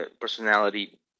personality